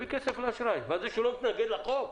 להגיד שהוא לא מתנגד להצעת החוק?